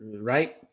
right